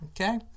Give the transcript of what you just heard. okay